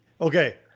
okay